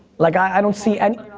like i don't see and